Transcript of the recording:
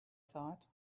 thought